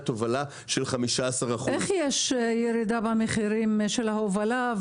תובלה של 15%. איך יש ירידה במחירים של ההובלה,